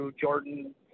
Jordan